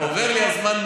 הזמן עובר לי מהר,